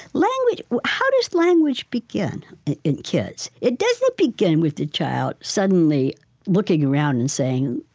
language how does language begin in kids? it doesn't begin with a child suddenly looking around and saying,